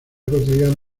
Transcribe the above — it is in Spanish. cotidiana